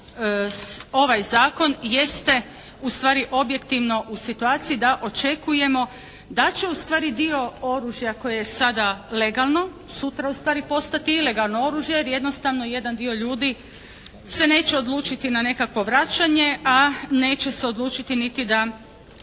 da ovaj zakon jeste ustvari objektivno u situaciji da očekujemo da će ustvari dio oružja koje je sada legalno, sutra ustvari postati ilegalno oružje jer jednostavno jedan dio ljudi se neće odlučiti na nekakvo vraćanje, a neće se odlučiti niti da